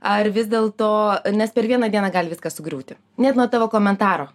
ar vis dėl to nes per vieną dieną gali viskas sugriūti net nuo tavo komentaro